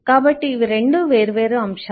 కాబట్టి ఇవి 2 వేర్వేరు అంశాలు